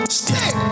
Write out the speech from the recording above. stick